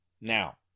Now